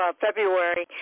February